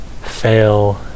fail